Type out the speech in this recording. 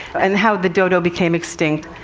and how the dodo became extinct,